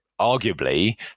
arguably